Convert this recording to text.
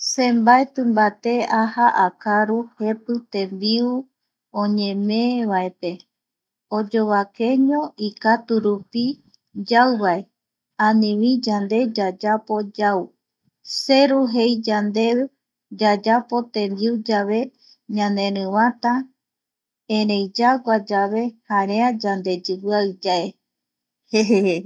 Se mbaeti mbate aja akaru jepi tembiu oñemee vaepe oyovakeño ikaturupi yauvae, anivi yande yayapo yau seru jei yande yayapo tembiu yave ñanerivata erei yagua yave jarea yandeyimbiaiye.